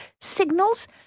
Signals